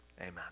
amen